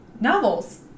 novels